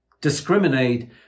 discriminate